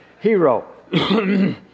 hero